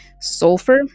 sulfur